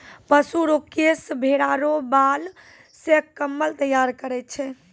पशु रो केश भेड़ा रो बाल से कम्मल तैयार करै छै